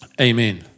amen